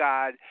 God